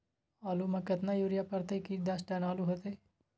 आलु म केतना यूरिया परतई की दस टन आलु होतई?